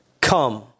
come